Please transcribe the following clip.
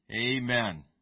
Amen